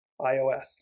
iOS